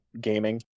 gaming